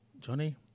Johnny